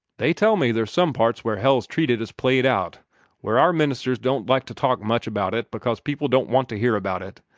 they tell me there's some parts where hell's treated as played-out where our ministers don't like to talk much about it because people don't want to hear about it.